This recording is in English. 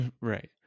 Right